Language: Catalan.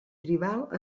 tribal